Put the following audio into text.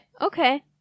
Okay